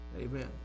Amen